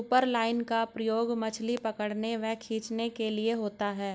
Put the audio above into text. superline का प्रयोग मछली पकड़ने व खींचने के लिए होता है